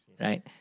Right